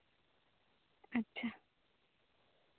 ᱟᱪᱪᱷᱟ